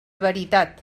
veritat